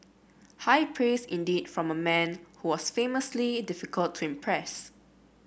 high praise indeed from a man who was famously difficult to impress